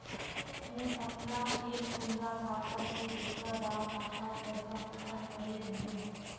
मुई अपना एक कुंडा खाता से दूसरा डा खातात पैसा कुंसम करे भेजुम?